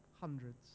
hundreds